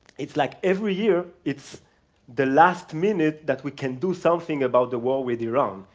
it's like every year it's the last minute that we can do something about the war with iran.